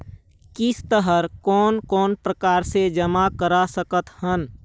किस्त हर कोन कोन प्रकार से जमा करा सकत हन?